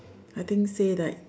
I think say like